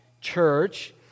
church